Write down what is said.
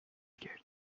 کردی